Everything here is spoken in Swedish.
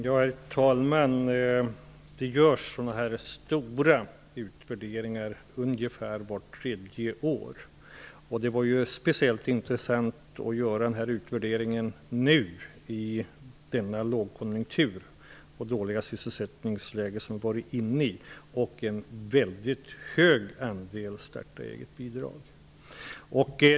Herr talman! Det görs sådana här stora utvärderingar ungefär vart tredje år. Det var speciellt intressant att göra den här utvärderingen nu, i den lågkonjunktur och det dåliga sysselsättningsläge som vi varit inne i, med en väldigt hög andel starta-eget-bidrag.